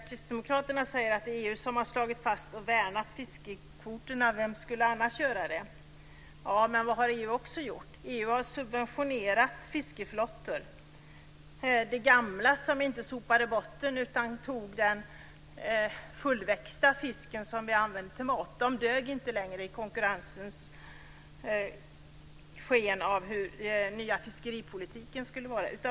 Kristdemokraterna säger att det är EU som har slagit fast och värnat fiskekvoterna - vem skulle annars göra det? Ja, men vad har EU också gjort? EU har subventionerat fiskeflottor. De gamla båtarna, som inte sopade botten utan tog den fullvuxna fisken som vi använder till mat, dög inte längre i konkurrensen när det gäller hur den nya fiskeripolitiken skulle vara.